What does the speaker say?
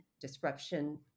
disruption